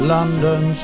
London